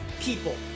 people